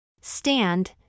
Stand